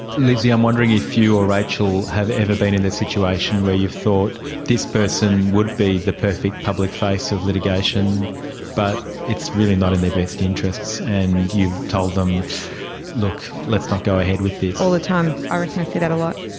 lizzie, i'm wondering if you or rachel have ever been in a situation where you've thought this person would be the perfect public face of litigation but it's really not in their best interests, and you've told them look, let's not go ahead with this. all the time, i reckon i see that a lot.